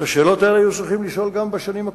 את השאלות האלה היו צריכים לשאול גם בשלוש השנים הקודמות.